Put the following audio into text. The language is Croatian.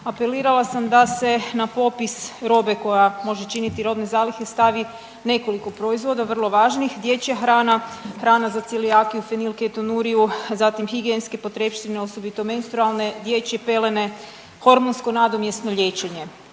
apelirala sam da se na popis robe koja može činiti robe zalihe stavi nekoliko proizvoda, vrlo važnih, dječja hrana, hrana za celijakiju, fenilketonuriju, zatim higijenske potrepštine osobito menstrualne, dječje pelene, hormonsko nadomjesno liječenje